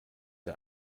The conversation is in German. der